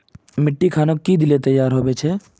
मिट्टी खानोक की दिले तैयार होबे छै?